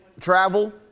travel